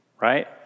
right